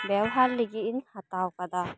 ᱵᱮᱣᱦᱟᱨ ᱞᱟᱹᱜᱤᱫ ᱤᱧ ᱦᱟᱛᱟᱣ ᱟᱠᱟᱫᱟ